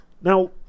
Now